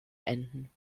enden